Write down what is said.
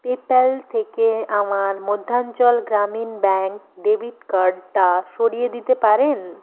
PayPal থেকে আমার Madhyanchal Gramin bank debit কার্ডটা সরিয়ে দিতে পারেন